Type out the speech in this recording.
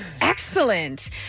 Excellent